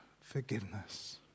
forgiveness